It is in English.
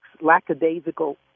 lackadaisical